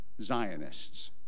Zionists